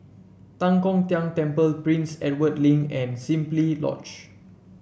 Tan Kong Tian Temple Prince Edward Link and Simply Lodge